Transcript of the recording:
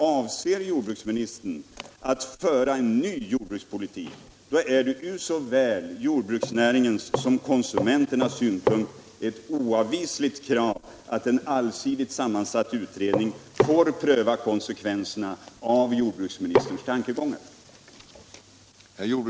Avser jordbruksministern att föra en ny jordbrukspolitik, då är det från såväl jordbruksnäringens som konsumenternas synpunkt ett oavvisligt krav att en allsidigt sammansatt utredning får pröva konsekvenserna av jordbruksministerns tankegångar.